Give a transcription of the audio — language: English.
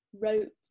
wrote